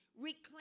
reclaim